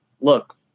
look